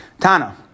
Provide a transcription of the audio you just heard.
Tana